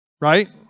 right